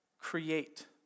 create